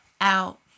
out